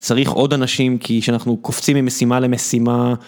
צריך עוד אנשים כי אנחנו קופצים ממשימה למשימה.